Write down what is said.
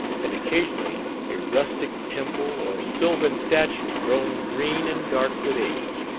and occasionally a rustic temple or sylvan statue grown green and dark with age,